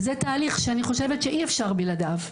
וזה תהליך שאני חושבת שאי אפשר בלעדיו.